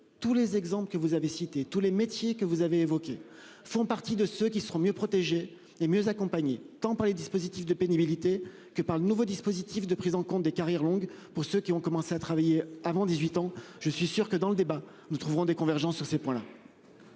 Tous les exemples que vous avez cité tous les métiers que vous avez évoquées, font partie de ceux qui seront mieux protégés et mieux accompagner tant par les dispositifs de pénibilité que par le nouveau dispositif de prise en compte des carrières longues pour ceux qui ont commencé à travailler avant 18 ans, je suis sûr que dans le débat, nous trouverons des convergences sur ces points là.